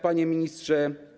Panie Ministrze!